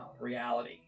reality